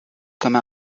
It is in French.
comme